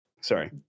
sorry